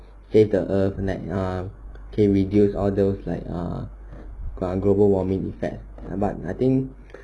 save the earth then like err can reduce all those like err glo~ global warming effect but I think